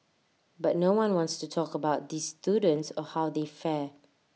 but no one wants to talk about these students or how they fare